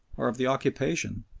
or of the occupation,